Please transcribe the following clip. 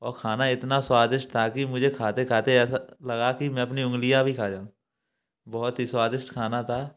औ खाना इतना स्वादिष्ट था कि मुझे खाते खाते ऐसा लगा कि मैं अपनी उँगलियां भी खा जाऊं बहुत ही स्वादिष्ट खाना था